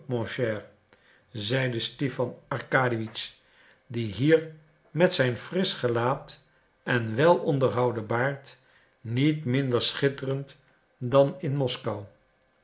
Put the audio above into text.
mon cher zeide stipan arkadiewitsch die hier met zijn frisch gelaat en wel onderhouden baard niet minder schitterend dan in moskou